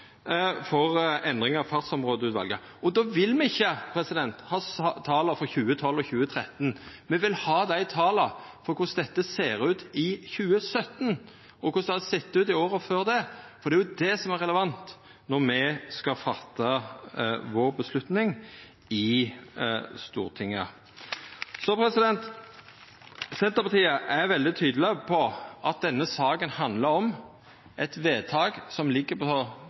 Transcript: for endringar av fartsområdeutvalet, og då vil me ikkje ha tala for 2012 og 2013, me vil ha tala for korleis dette ser ut i 2017, og korleis det har sett ut i åra før det. Dei er relevante når me skal fatta avgjerda vår i Stortinget. Senterpartiet er veldig tydeleg på at denne saka handlar om eit vedtak – som for så vidt ligg på